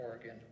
again